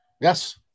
Yes